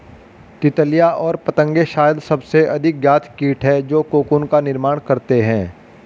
तितलियाँ और पतंगे शायद सबसे अधिक ज्ञात कीट हैं जो कोकून का निर्माण करते हैं